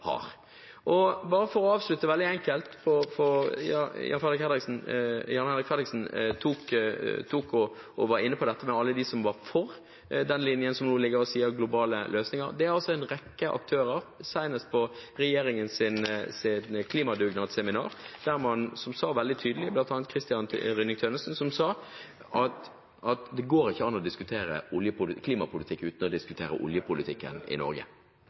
Bare for å avslutte veldig enkelt: Jan-Henrik Fredriksen var inne på alle de som var for den linjen som nå ligger, og sier: globale løsninger. Det er altså en rekke aktører, senest på regjeringens klimadugnadsseminar, som sa veldig tydelig, bl.a. Christian Rynning-Tønnesen, at det går ikke an å diskutere klimapolitikk uten å diskutere oljepolitikk i Norge.